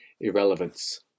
irrelevance